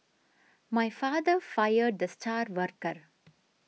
my father fired the star worker